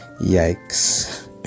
yikes